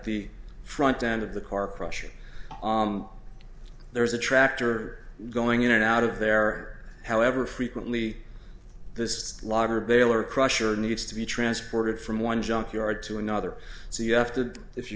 the front end of the car crusher there's a tractor going in and out of there however frequently this larger baylor crusher needs to be transported from one junkyard to another so you have to if you're